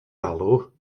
alw